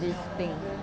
this thing